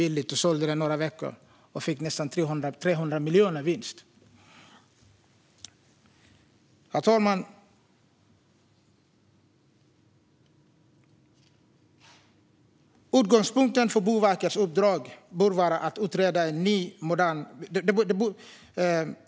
När han sålde den efter några veckor gjorde han nästan 300 miljoner i vinst. Herr talman!